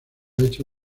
hecho